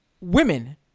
women